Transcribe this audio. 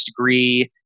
degree